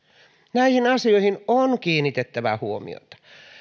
näihin asioihin on kiinnitettävä huomiota